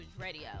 radio